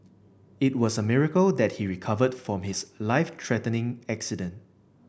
it was a miracle that he recovered from his life threatening accident